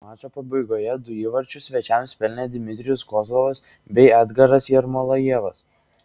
mačo pabaigoje du įvarčius svečiams pelnė dmitrijus kozlovas bei edgaras jermolajevas